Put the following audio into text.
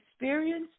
experience